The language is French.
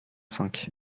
cinq